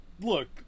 Look